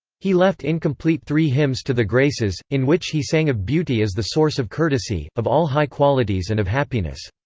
he left incomplete three hymns to the graces, in which he sang of beauty as the source of courtesy, of all high qualities and of happiness.